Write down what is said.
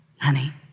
honey